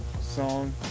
song